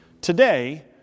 Today